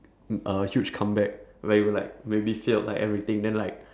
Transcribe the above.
a huge comeback where you'd like maybe failed like everything then like